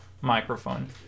microphone